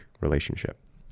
relationship